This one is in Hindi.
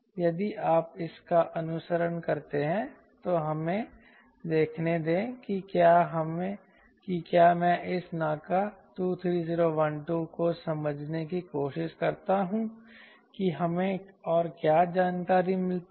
यदि आप इसका अनुसरण करते हैं तो हमें देखने दें कि क्या मैं इस NACA 23012 को समझने की कोशिश करता हूं कि हमें और क्या जानकारी मिलती है